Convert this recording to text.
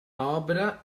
obra